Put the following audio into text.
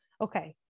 okay